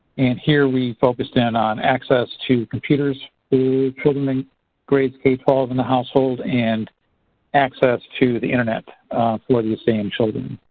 and here we focused in on access to computers to children in grades k twelve in the household and access to the internet for these same children.